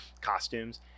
costumes